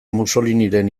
mussoliniren